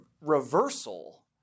reversal